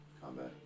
combat